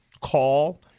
call